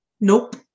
nope